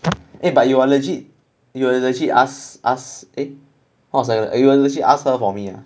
eh but you are legit you will ask ask eh what was like you will legit ask her for me ah